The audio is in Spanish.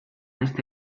este